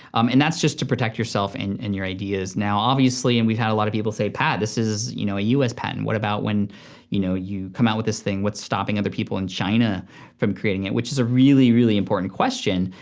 and that's just to protect yourself and and your ideas. now obviously and we've had a lot of people say, pat, this is you know a us patent. what about when you know you come out with this thing, what's stopping other people in china from creating it. which is a really, really important question,